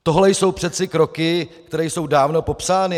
Toto jsou přeci kroky, které jsou dávno popsány.